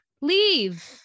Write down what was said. leave